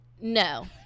No